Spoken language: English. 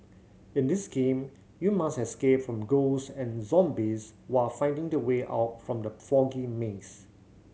in this game you must escape from ghost and zombies while finding the way out from the foggy maze